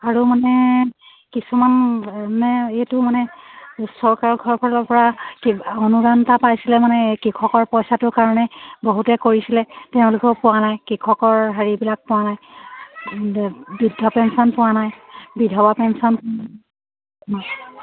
আৰু মানে কিছুমান মানে এইটো মানে চৰকাৰৰ ঘৰ ফালৰ পৰা অনুদান এটা পাইছিলে মানে কৃষকৰ পইচাটোৰ কাৰণে বহুতে কৰিছিলে তেওঁলোকেও পোৱা নাই কৃষকৰ হেৰিবিলাক পোৱা নাই বৃদ্ধ পেঞ্চন পোৱা নাই বিধৱা পেঞ্চন